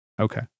okay